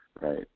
right